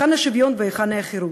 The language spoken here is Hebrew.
היכן השוויון והיכן היא החירות?